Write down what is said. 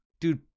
dude